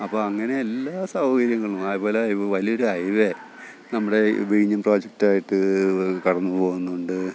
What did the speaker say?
അപ്പം അങ്ങനെ എല്ലാ സൗകര്യങ്ങളും അത് പോലെ വലിയൊരു ഹൈ വേ നമ്മുടെ വിഴിഞ്ഞം പ്രോജക്റ്റായിട്ട് കടന്നു പോവുന്നുണ്ട്